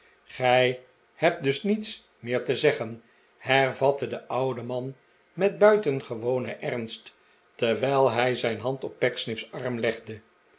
gij hebt dus niets meer te zeggen hervatte de oude man met buitengewonen ernst terwijl hij zijn hand op pecksniff's arm iegde